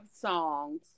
songs